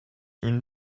une